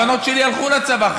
הבנות שלי הלכו לצבא,